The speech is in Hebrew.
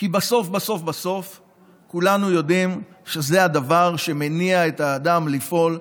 כי בסוף בסוף כולנו יודעים שזה הדבר שמניע את האדם לפעול,